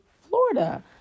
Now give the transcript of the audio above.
florida